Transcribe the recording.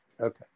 Okay